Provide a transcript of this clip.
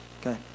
okay